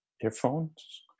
earphones